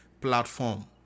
platform